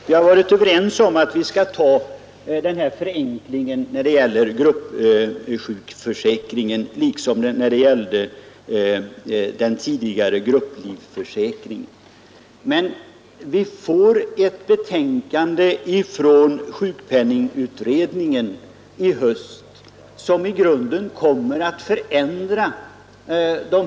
Utskottsmajoriteten har emellertid ansett att vi bör göra en förenkling när det gäller gruppsjukförsäkringen på samma sätt som tidigare skett i fråga om grupplivförsäkringen. Vi får i höst ett betänkande från sjukpenningutredningen med förslag till genomgripande förändringar.